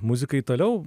muzikai toliau